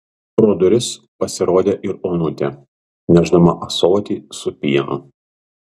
pro duris pasirodė ir onutė nešdama ąsotį su pienu